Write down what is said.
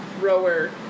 rower